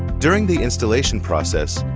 during the installation process,